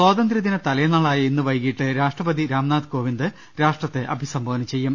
സ്വാതന്ത്യു ദിന തലേന്നാളായ ഇന്ന് വൈകീട്ട് രാഷ്ട്രപതി രാംനാഥ് കോവിന്ദ് രാഷ്ട്രത്തെ അഭിസംബോധന ചെയ്യും